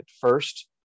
first